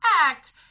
act